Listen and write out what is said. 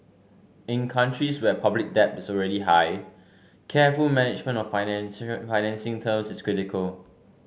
in countries where public debt is already high careful management of financing financing terms is critical